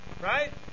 right